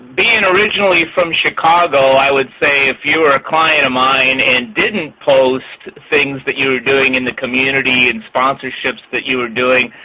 being originally from chicago, i would say, if you were a client of mine and didn't post things that you were doing in the community and sponsorships that you were doing,